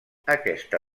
aquesta